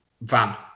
van